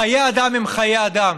חיי אדם הם חיי אדם.